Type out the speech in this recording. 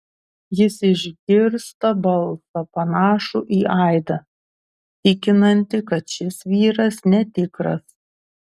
jis išgirsta balsą panašų į aidą tikinantį kad šis vyras netikras